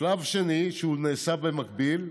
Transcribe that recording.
השלב השני, שנעשה במקביל: